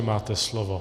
Máte slovo.